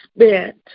spent